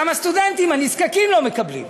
גם הסטודנטים הנזקקים לא מקבלים.